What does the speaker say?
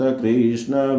krishna